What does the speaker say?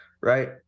right